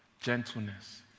gentleness